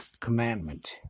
Commandment